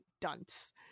dunce